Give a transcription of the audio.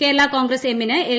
കേരളാ കോൺഗ്രസ് എമ്മിന് എൽ